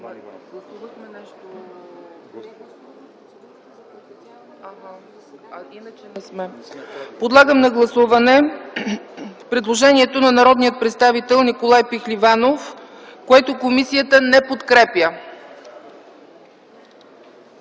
Подлагам на гласуване предложението на народния представител Николай Пехливанов, което комисията не подкрепя.